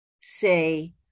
Say